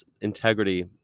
integrity